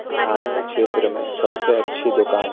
स्थानीय क्षेत्र में सबसे अच्छी दुकान